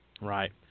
Right